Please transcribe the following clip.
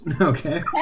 Okay